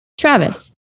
Travis